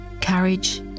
Courage